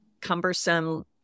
cumbersome